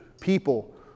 people